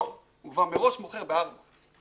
לא, הוא כבר מראש מוכר ב-4 שקלים.